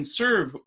serve